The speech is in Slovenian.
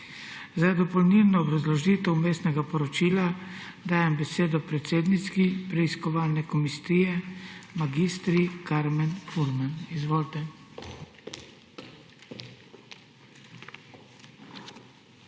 Za dopolnilno obrazložitev vmesnega poročila dajem besedo predsednici preiskovalne komisije mag. Karmen Furman. Izvolite.